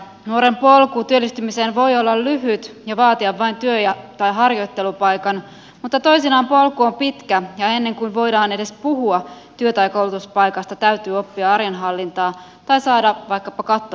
nuoren polku työllistymiseen voi olla lyhyt ja vaatia vain työ tai harjoittelupaikan mutta toisinaan polku on pitkä ja ennen kuin voidaan edes puhua työ tai koulutuspaikasta täytyy oppia arjenhallintaa tai saada vaikkapa katto pään päälle